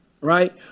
Right